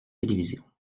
télévision